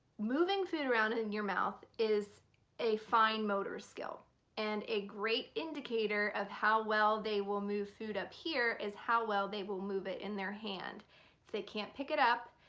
moving food around in your mouth is a fine motor skill and a great indicator of how well they will move food up here, is how well they will move it in their hand. if they can't pick it up,